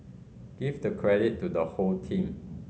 give the credit to the whole team